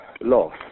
loss